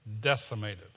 decimated